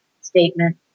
statement